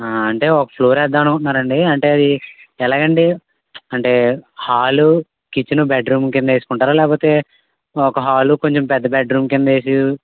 అంటే ఒక ఫ్లోర్ వేద్దామనుకుంటున్నారా అండీ అంటే అది ఎలాగండి అంటే హాలు కిచెను బెడ్ రూమ్ కింద ఏసుకుంటారా లేకపోతే ఒక హాలు కొంచెం పెద్ద బెడ్ రూమ్ కింద వేసి